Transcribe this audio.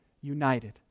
united